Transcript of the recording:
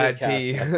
tea